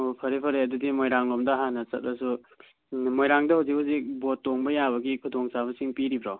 ꯑꯣ ꯐꯔꯦ ꯐꯔꯦ ꯑꯗꯨꯗꯤ ꯃꯣꯏꯔꯥꯡ ꯂꯣꯝꯗ ꯍꯥꯟꯅ ꯆꯠꯂꯁꯨ ꯃꯣꯏꯔꯥꯡꯗ ꯍꯧꯖꯤꯛ ꯍꯧꯖꯤꯛ ꯕꯣꯠ ꯇꯣꯡꯕ ꯌꯥꯕꯒꯤ ꯈꯨꯗꯣꯡꯆꯥꯕꯁꯤꯡ ꯄꯤꯔꯤꯕ꯭ꯔꯣ